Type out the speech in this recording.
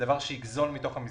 דבר שיגזול מתוך המסגרת.